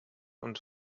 und